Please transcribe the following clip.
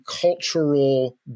cultural